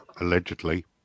Allegedly